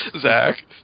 Zach